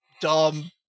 dumb